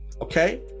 okay